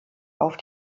auf